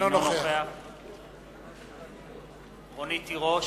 אינו נוכח רונית תירוש,